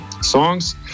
songs